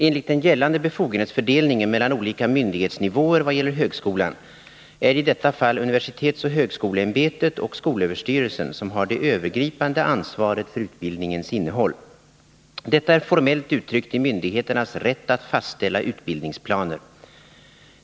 Enligt den gällande befogenhetsfördelningen mellan olika myndighetsnivåer vad gäller högskolan är det i detta fall universitetsoch högskoleämbetet och skolöverstyrelsen som har det övergripande ansvaret för utbildningens innehåll. Detta är formellt uttryckt i myndigheternas rätt att fastställa utbildningsplaner.